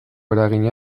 eragina